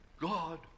God